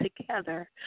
together